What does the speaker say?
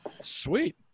Sweet